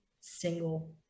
single